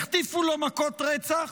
החטיפו לו מכות רצח,